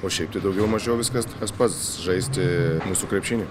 o šiaip tai daugiau mažiau viskas tas pats žaisti mūsų krepšinį